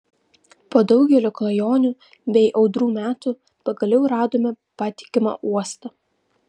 po daugelio klajonių bei audrų metų pagaliau radome patikimą uostą